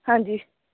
ਹਾਂਜੀ